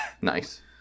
Nice